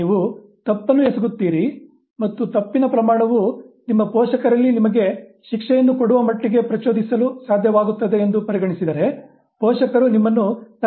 ಈಗ ನೀವು ತಪ್ಪನ್ನು ಎಸಗುತ್ತೀರಿ ಮತ್ತು ತಪ್ಪಿನ ಪ್ರಮಾಣವು ನಿಮ್ಮ ಪೋಷಕರಲ್ಲಿ ನಿಮಗೆ ಶಿಕ್ಷೆಯನ್ನು ಕೊಡುವ ಮಟ್ಟಿಗೆ ಪ್ರಚೋದಿಸಲು ಸಾಧ್ಯವಾದಗುತ್ತದೆ ಎಂದು ಪರಿಗಣಿಸಿದರೆ ಪೋಷಕರು ನಿಮ್ಮನ್ನು ತಕ್ಷಣ ಗದರಿಸುತ್ತಾರೆ